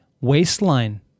waistline